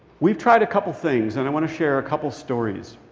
we've tried a couple things, and i want to share a couple stories.